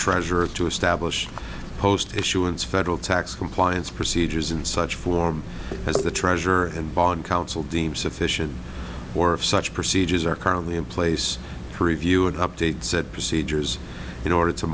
treasurer to establish post issuance federal tax compliance procedures in such form as the treasurer and bond counsel deems sufficient for such procedures are currently in place for review and update said procedures in order to